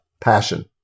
passion